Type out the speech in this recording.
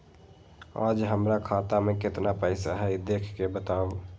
आज हमरा खाता में केतना पैसा हई देख के बताउ?